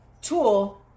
tool